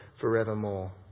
forevermore